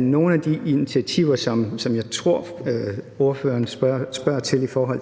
nogle af de initiativer, som jeg tror ordføreren spørger til – i forhold